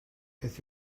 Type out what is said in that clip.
beth